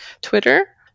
Twitter